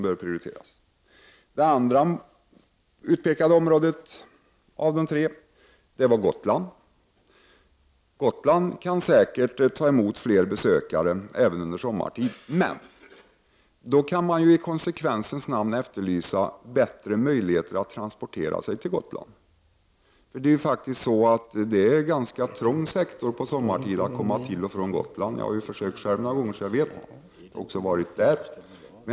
Det andra av de tre utpekade områdena var Gotland. Gotland kan säkerligen ta emot fler besökare även sommartid, men i det sammanhanget bör man i konsekvensens namn efterlysa bättre möjligheter att resa till Gotland. Det är ganska trångt om möjligheterna att sommartid komma till och från Gotland. Jag har försökt att göra det själv några gånger och även vistats där.